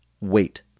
wait